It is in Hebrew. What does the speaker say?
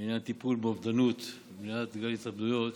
בעניין טיפול באובדנות למניעת גל התאבדויות.